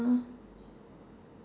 hmm